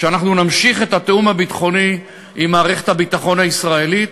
ש"אנחנו נמשיך את התיאום הביטחוני עם מערכת הביטחון הישראלית".